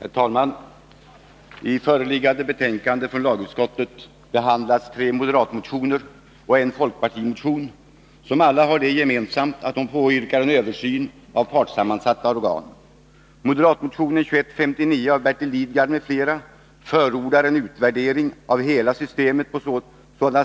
Herr talman! I föreliggande betänkande från lagutskottet behandlas tre moderatmotioner och en folkpartimotion, som alla har det gemensamt att de påyrkar en översyn av partssammansatta organ. Moderatmotionen 2159 av Bertil Lidgard m.fl. förordar en utvärdering av hela systemet,